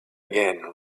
again